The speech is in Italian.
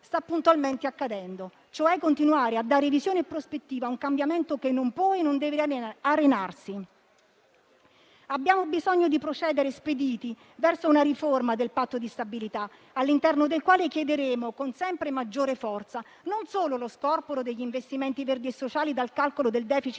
sta puntualmente accadendo, cioè di continuare a dare visione e prospettiva a un cambiamento che non può e non deve arenarsi. Abbiamo bisogno di procedere spediti verso una riforma del Patto di stabilità, all'interno del quale chiederemo, con sempre maggiore forza, lo scorporo non solo degli investimenti verdi e sociali dal calcolo del *deficit*